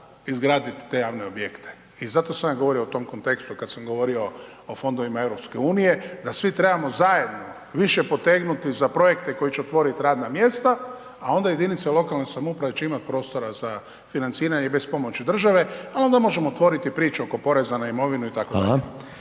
izgraditi te javne objekte. I zato sam ja govorio u tom kontekstu kada sam govorio o fondovima EU, da svi trebamo zajedno više potegnuti za projekte koji će otvoriti radna mjesta, a onda jedinice lokalne samouprave će imati prostora za financiranje i bez pomoći države. A onda možemo otvoriti priču oko poreza na imovinu itd.